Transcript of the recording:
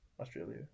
australia